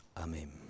Amen